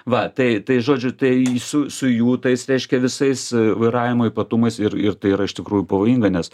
va tai tai žodžiu tai su su jų tais reiškia visais vairavimo ypatumais ir ir tai yra iš tikrųjų pavojinga nes